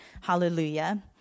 hallelujah